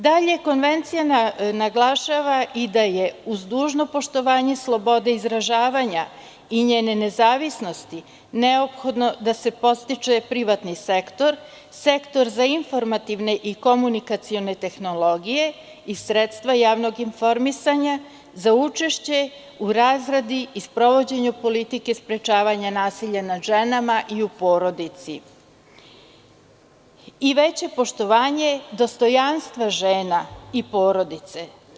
Dalje, konvencija naglašava i da je uz dužno poštovanje slobode izražavanja i njene nezavisnosti neophodno da se podstiče privatni sektor, sektor za informativne i komunikacione tehnologije i sredstva javnog informisanja za učešće u razradi i sprovođenju politike sprečavanja nasilja nad ženama i u porodici i veće poštovanje dostojanstva žena i porodice.